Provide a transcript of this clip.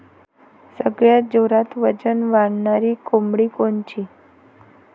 सगळ्यात जोरात वजन वाढणारी कोंबडी कोनची?